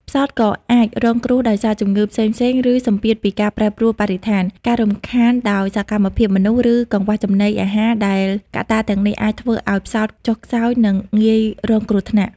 ផ្សោតក៏អាចរងគ្រោះដោយសារជំងឺផ្សេងៗ ឬសម្ពាធពីការប្រែប្រួលបរិស្ថាន ការរំខានដោយសកម្មភាពមនុស្ស ឬកង្វះចំណីអាហារដែលកត្តាទាំងនេះអាចធ្វើឱ្យផ្សោតចុះខ្សោយ និងងាយរងគ្រោះថ្នាក់។